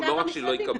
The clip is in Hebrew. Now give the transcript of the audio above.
לא רק שלא יקבלו.